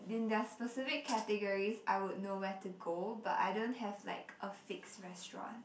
in their specific categories I would know where to go but I don't have like a fixed restaurant